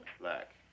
Black